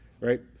right